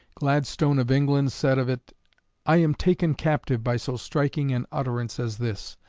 gladstone of england said of it i am taken captive by so striking an utterance as this.